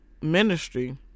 ministry